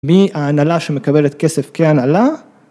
מי ההנהלה שמקבלת כסף כהנהלה